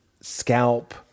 scalp